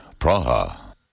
Praha